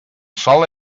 sol